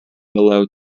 below